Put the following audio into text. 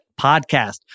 podcast